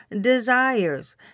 desires